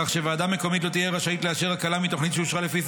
כך שוועדה מקומית לא תהיה רשאית לאשר הקלה מתוכנית שאושרה לפי